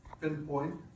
pinpoint